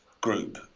group